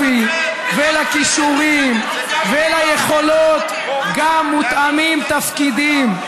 בהתאם לאופי ולכישורים וליכולות גם מתואמים תפקידים.